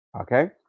Okay